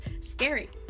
scary